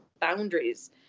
boundaries